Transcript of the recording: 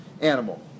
animal